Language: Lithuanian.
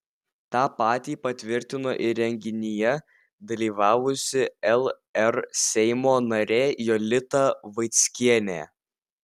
tą patį patvirtino ir renginyje dalyvavusi lr seimo narė jolita vaickienė